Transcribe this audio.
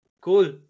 Cool